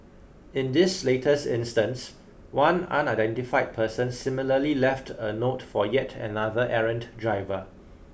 in this latest instance one unidentified person similarly left a note for yet another errant driver